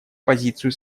позицию